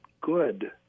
good